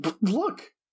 Look